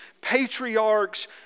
patriarchs